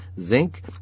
zinc